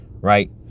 right